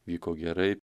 vyko gerai